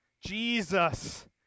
Jesus